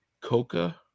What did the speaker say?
coca